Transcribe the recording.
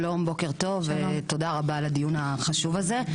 שלום, בוקר טוב, ותודה רבה על הדיון החשוב הזה.